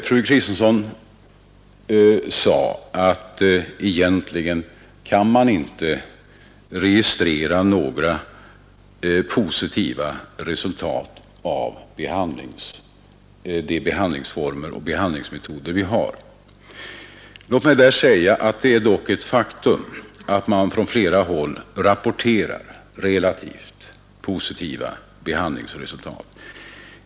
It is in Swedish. Fru Kristensson sade att man egentligen inte kan registrera några positiva resultat av de behandlingsformer och behandlingsmetoder vi har. Låt mig då säga att det dock är ett faktum att man från flera håll rapporterar relativt positiva behandlingsresultat.